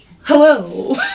Hello